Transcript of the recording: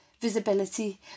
visibility